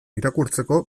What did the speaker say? irakurtzeko